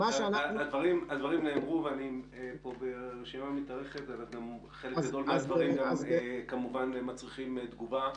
רשימת הדוברים מתארכת וחלק גדול מהדברים שלך מצריכים תגובה.